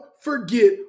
forget